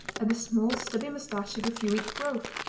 and the small stubby moustache of a few weeks' growth.